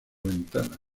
ventanas